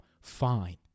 Fine